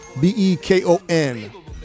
B-E-K-O-N